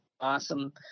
awesome